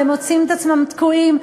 אבל הם מוצאים את עצמם תקועים,